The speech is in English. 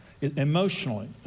Emotionally